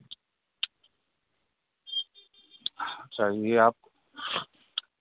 सही है आप